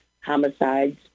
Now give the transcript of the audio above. homicides